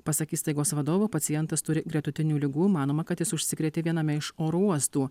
pasak įstaigos vadovo pacientas turi gretutinių ligų manoma kad jis užsikrėtė viename iš oro uostų